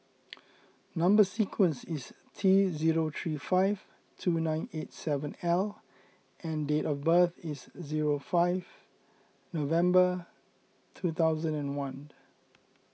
Number Sequence is T zero three five two nine eight seven L and date of birth is zero five November two thousand and one